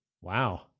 Wow